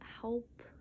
help